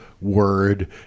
word